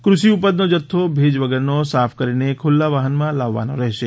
કૃષિ ઉપજનો જથ્થો ભેજ વગરનો સાફ કરીને ખુલ્લા વાહનમાં લાવવાનો રહેશે